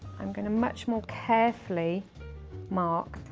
i'm going to much more carefully mark